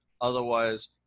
Otherwise